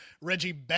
Reggie